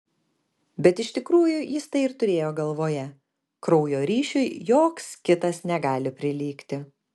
bet iš tikrųjų jis tai ir turėjo galvoje kraujo ryšiui joks kitas negali prilygti